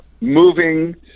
moving